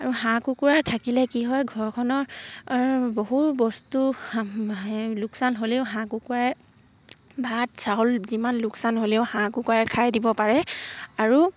আৰু হাঁহ কুকুৰা থাকিলে কি হয় ঘৰখনৰ বহু বস্তু লোকচান হ'লেও হাঁহ কুকুৰাই ভাত চাউল যিমান লোকচান হ'লেও হাঁহ কুকুৰাই খাই দিব পাৰে আৰু